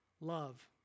love